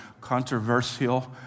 controversial